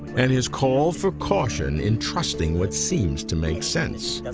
and his call for caution in trusting what seems to make sense.